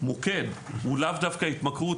שהמוקד הוא לאו דווקא התמכרות,